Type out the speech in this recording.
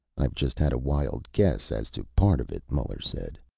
i've just had a wild guess as to part of it, muller said.